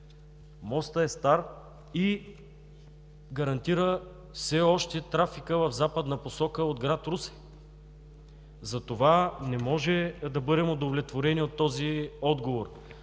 Мостът е стар и гарантира все още трафика в западна посока от град Русе. Затова не можем да бъдем удовлетворени от този отговор.